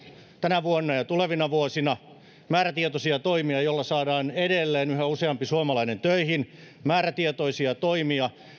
tänä vuonna ja tulevina vuosina määrätietoisia toimia joilla saadaan edelleen yhä useampi suomalainen töihin määrätietoisia toimia